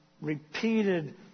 repeated